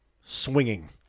swinging